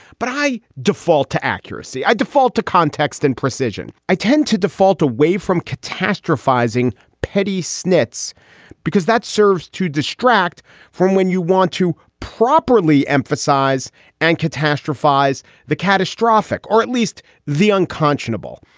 but i default to accuracy. i default to context and precision. i tend to default away from catastrophizing petty sonnets because that serves to distract from when you want to properly emphasize and catastrophize the catastrophic or at least the unconscionable.